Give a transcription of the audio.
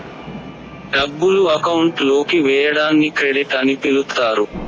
డబ్బులు అకౌంట్ లోకి వేయడాన్ని క్రెడిట్ అని పిలుత్తారు